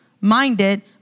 minded